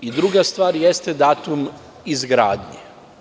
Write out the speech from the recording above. Druga stvar jeste datum izgradnje.